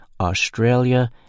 Australia